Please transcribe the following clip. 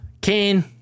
kane